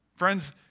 Friends